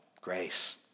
Grace